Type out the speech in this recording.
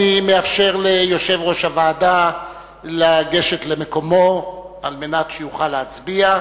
אני מאפשר ליושב-ראש הוועדה לגשת למקומו על מנת שיוכל להצביע.